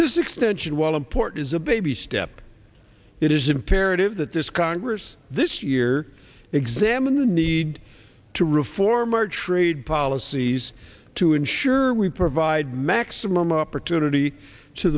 this extension while import is a baby step it is imperative that this congress this year examine the need to reform our trade policies to ensure we provide maximum opportunity to